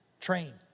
train